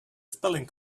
spelling